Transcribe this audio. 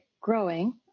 growing